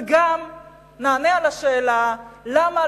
גם נענה על השאלה למה,